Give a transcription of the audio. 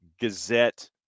Gazette